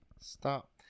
stop